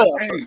hey